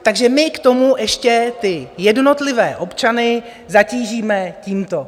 Takže k tomu my ještě jednotlivé občany zatížíme tímto.